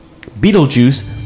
Beetlejuice